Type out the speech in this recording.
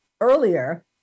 earlier